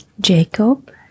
Jacob